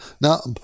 now